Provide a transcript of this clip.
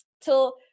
till